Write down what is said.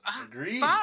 Agreed